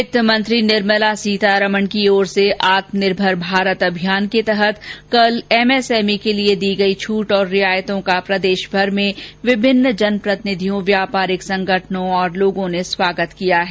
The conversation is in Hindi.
वित्त मंत्री निर्मला श्रीमती सीतारमण की ओर से आत्मनिर्भर भारत अभियान के तहत कल एमएसएमई के लिए दी गई छूट और रियायतों का प्रदेशभर में विभिन्न जनप्रतिनिधियों व्यापारिक संगठनों और लोगों ने स्वागत किया है